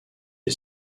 est